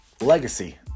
legacy